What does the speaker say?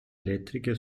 elettriche